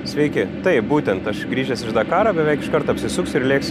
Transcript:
sveiki taip būtent aš grįžęs iš dakaro beveik iškart apsisuksiu ir lėksiu